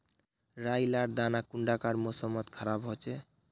राई लार दाना कुंडा कार मौसम मोत खराब होचए?